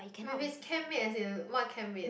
with his camp mate as in what camp mate